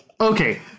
Okay